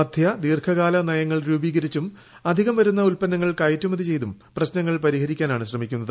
മദ്ധ്യ ദീർഘകാല നയങ്ങൾ രൂപീകരിച്ചും അധികം വരുന്ന ഉത്പന്നങ്ങൾ കയറ്റുമതി ചെയ്തും പ്രശ്നങ്ങൾ പരിഹരിക്കാനാണ് ശ്രമിക്കുന്നത്